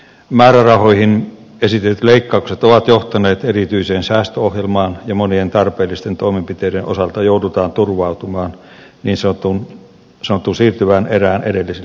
määrärahoihin esitetyt leikkaukset ovat johtaneet erityiseen säästöohjelmaan ja monien tarpeellisten toimenpiteiden osalta joudutaan turvautumaan niin sanottuun siirtyvään erään edellisiltä vuosilta